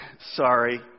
Sorry